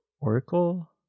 Oracle